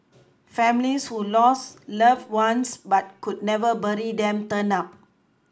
families who lost loved ones but could never bury them turned up